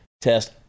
test